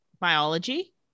biology